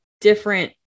different